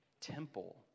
temple